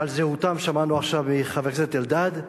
שעל זהותם שמענו עכשיו מחבר הכנסת אלדד,